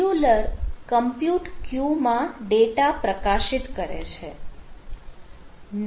scheduler compute ક્યૂમાં data પ્રકાશિત કરે છે